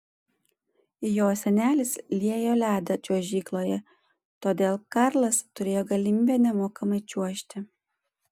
jo senelis liejo ledą čiuožykloje todėl karlas turėjo galimybę nemokamai čiuožti